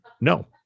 No